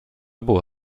było